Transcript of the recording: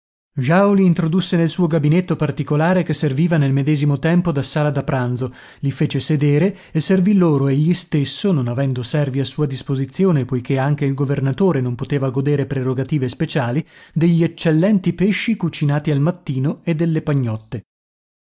li introdusse nel suo gabinetto particolare che serviva nel medesimo tempo da sala da pranzo li fece sedere e servì loro egli stesso non avendo servi a sua disposizione poiché anche il governatore non poteva godere prerogative speciali degli eccellenti pesci cucinati al mattino e delle pagnotte